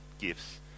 gifts